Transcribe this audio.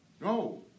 No